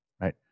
Right